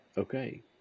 Okay